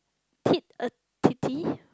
tit a tittie